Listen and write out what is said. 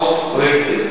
רבותי.